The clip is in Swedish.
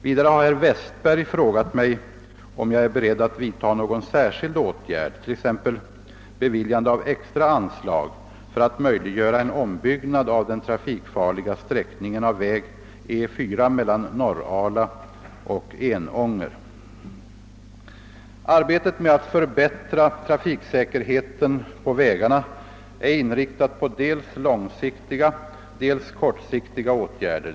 Vidare har herr Westberg frågat mig om jag är beredd att vidta någon särskild åtgärd — t.ex. beviljande av extra anslag — för att möjliggöra en ombyggnad av den trafikfarliga sträckningen av väg E 4 mellan Norrala och Enånger. Arbetet med att förbättra trafiksäkerheten på vägarna är inriktat på dels långsiktiga, dels kortsiktiga åtgärder.